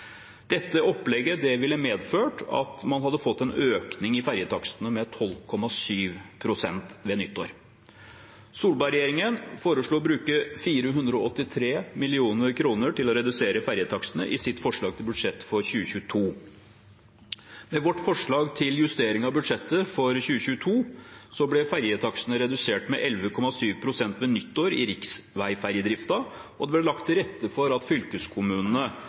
Dette opplegget ville medført at man hadde fått en økning i ferjetakstene på 12,7 pst. ved nyttår. Solberg-regjeringen foreslo å bruke 483 mill. kr på å redusere ferjetakstene i sitt forslag til budsjett for 2022. Med vårt forslag til justering av budsjettet for 2022 ble ferjetakstene redusert med 11,7 pst. ved nyttår i riksveiferjedriften, og det ble lagt til rette for at fylkeskommunene